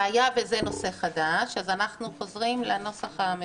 והיה וזה נושא חדש אז אנחנו חוזרים לנוסח המקורי,